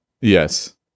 Yes